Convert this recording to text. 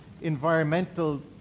environmental